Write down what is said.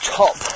top